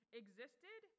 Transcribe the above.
existed